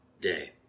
day